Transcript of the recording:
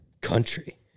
country